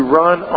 run